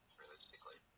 realistically